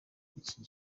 icyi